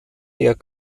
der